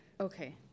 okay